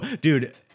Dude